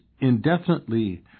indefinitely